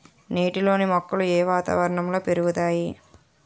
నీటిలోని మొక్కలు ఏ వాతావరణంలో పెరుగుతాయి?